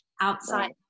outside